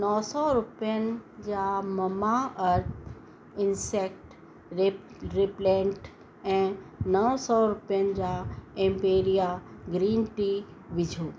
नौ सौ रुपयनि जा ममाअर्थ इन्सेक्ट रिप रिपेलेंट ऐं नौ सौ रुपयनि जा एम्पेरिया ग्रीन टी विझो